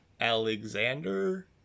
Alexander